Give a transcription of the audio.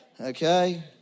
Okay